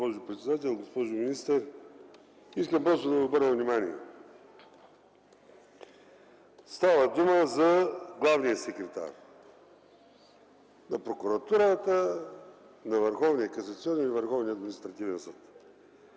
госпожо председател. Госпожо министър, искам просто да ви обърна внимание. Става дума за главния секретар на Прокуратурата, на Върховния